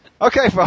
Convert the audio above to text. Okay